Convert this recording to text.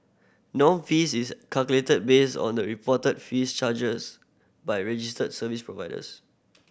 norm fee is calculated based on the reported fees charges by registered service providers